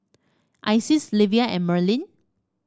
Isis Livia and Merlin